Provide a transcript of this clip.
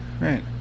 Right